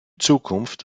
zukunft